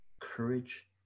courage